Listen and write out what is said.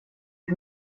för